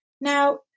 Now